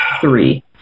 three